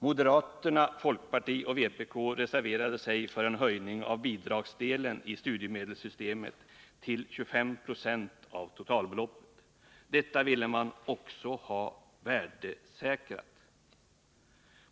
Moderaterna, folkpartiet 'och vpk reserverade sig för en höjning av bidragsdelen i studiemedelssystemet till 25 96 av totalbeloppet. Denna ville man också ha värdesäkrad.